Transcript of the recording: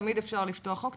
כי תמיד אפשר לפתוח חוק,